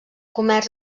comerç